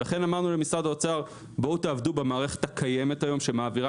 לכן אמרנו למשרד האוצר תעבדו במערכת הקיימת היום שמעבירה